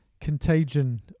contagion